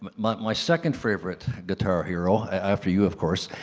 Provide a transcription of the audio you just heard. my second favourite guitar hero, after you of course,